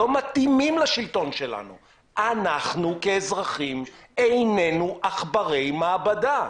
אנחנו כאזרחים איננו עכברי מעבדה.